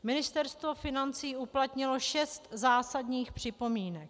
Ministerstvo financí uplatnilo šest zásadních připomínek.